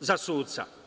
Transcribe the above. za suca.